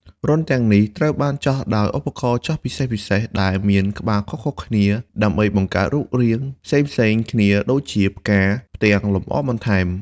រន្ធទាំងនេះត្រូវបានចោះដោយឧបករណ៍ចោះពិសេសៗដែលមានក្បាលខុសៗគ្នាដើម្បីបង្កើតរូបរាងផ្សេងៗគ្នាដូចជាផ្កា ផ្ទាំងលម្អបន្ថែម។